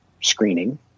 screening